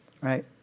Right